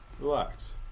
Relax